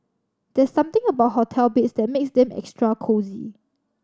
there's something about hotel beds that makes them extra cosy